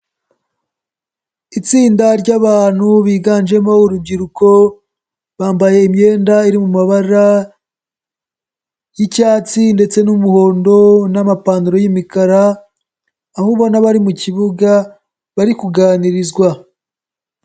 Itsinda ry'abantu biganjemo urubyiruko bambaye imyenda iri mu mabara y'icyatsi ndetse n'umuhondo n'amapantaro y'imikara, aho ubona bari mu kibuga bari kuganirizwa.